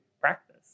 practice